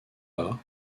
bas